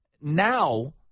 Now